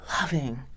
loving